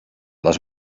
les